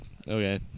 Okay